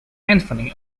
anthony